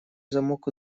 замок